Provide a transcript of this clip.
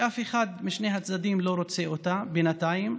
שאף אחד משני הצדדים לא רוצה אותה בינתיים,